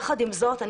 יחד עם זאת,